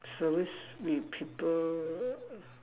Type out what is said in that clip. service with people